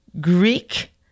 Greek